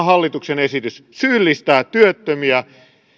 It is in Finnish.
hallituksen esitys käytännössä syyllistää työttömiä